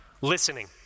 Listening